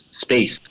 space